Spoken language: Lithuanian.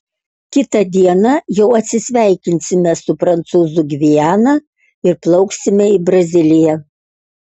kitą dieną jau atsisveikinsime su prancūzų gviana ir plauksime į braziliją